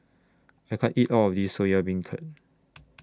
I can't eat All of This Soya Beancurd